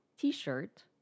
t-shirt